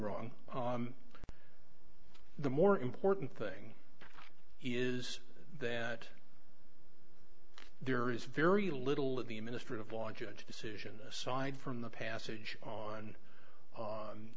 wrong the more important thing is that there is very little of the ministry of law judge decision aside from the passage on